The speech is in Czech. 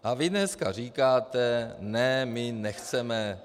A vy dneska říkáte ne, my nechceme.